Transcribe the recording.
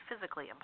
physically